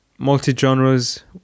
multi-genres